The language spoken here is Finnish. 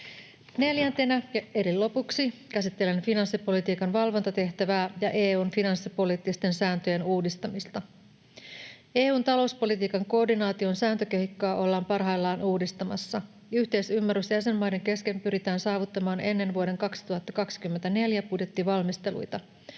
Neljäntenä eli lopuksi käsittelen finanssipolitiikan valvontatehtävää ja EU:n finanssipoliittisten sääntöjen uudistamista. EU:n talouspolitiikan koordinaation sääntökehikkoa ollaan parhaillaan uudistamassa. Yhteisymmärrys jäsenmaiden kesken pyritään saavuttamaan ennen vuoden 2024 budjettivalmisteluita.